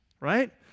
right